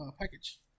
package